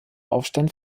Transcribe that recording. aufstand